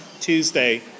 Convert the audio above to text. Tuesday